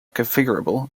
configurable